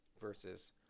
versus